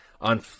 on